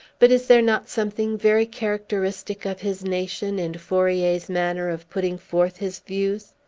but is there not something very characteristic of his nation in fourier's manner of putting forth his views?